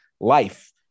life